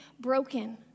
broken